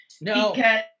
No